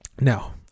Now